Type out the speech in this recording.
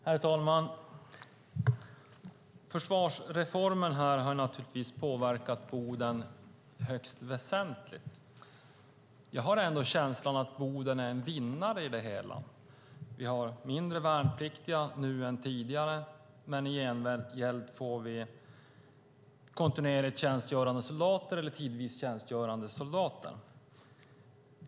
Herr talman! Försvarsreformen har givetvis påverkat Boden högst väsentligt. Jag har ändå känslan att Boden är en vinnare i det hela. Vi har färre värnpliktiga nu än tidigare, men i gengäld får vi kontinuerligt tjänstgörande eller tidvis tjänstgörande soldater.